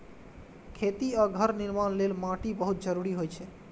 खेती आ घर निर्माण लेल माटि बहुत जरूरी होइ छै